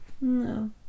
No